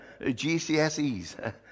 GCSEs